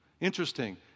Interesting